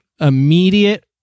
Immediate